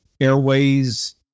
Airways